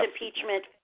impeachment